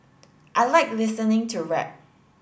I like listening to rap